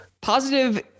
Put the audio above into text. positive